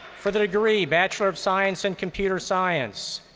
for the degree bachelor of science in computer science,